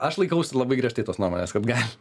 aš laikausi labai griežtai tos nuomonės kad gali